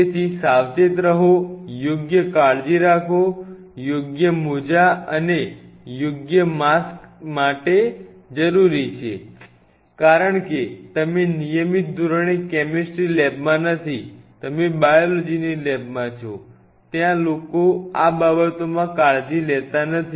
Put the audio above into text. તેથી સાવચેત રહો યોગ્ય કાળજી રાખો યોગ્ય મોજા મને માસ્ક જરૂરી છે કારણ કે તમે નિયમિત ધોરણે કેમેસ્ટ્રિ લેબમાં નથી તમે બાયોલોજીની લેબમાં છો ત્યાં લોકો આ બાબતોમાં કાળજી લેતા નથી